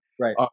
Right